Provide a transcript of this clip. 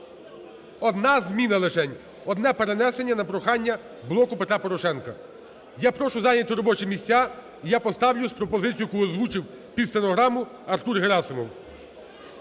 Одна зміна лишень, одне перенесення на прохання "Блоку Петра Порошенка". Я прошу зайняти робочі місця і я поставлю з пропозицією, яку озвучив під стенограму Артур Герасимов.